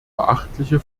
beachtliche